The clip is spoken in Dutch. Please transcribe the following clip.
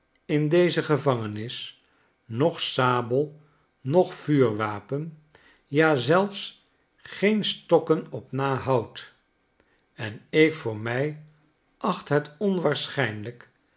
in deze gevangenis noch sabel noch vuurwapenen ja zelfs geen stokken op nahoudt en ik voor mij achthet onwaarschijnlijk